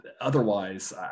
otherwise